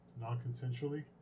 non-consensually